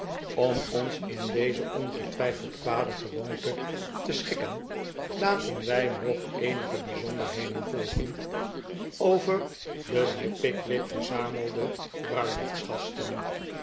om ons in deze ongetwijfeld kwade gewoonte te schikken laten wij nog eenige bijzonderheden volgen over de bij pickwick verzamelde